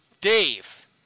Dave